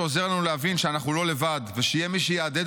זה עוזר לנו להבין שאנחנו לא לבד ושיהיה מי שיהדהד